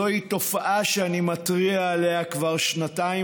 זוהי תופעה שאני מתריע עליה כבר שנתיים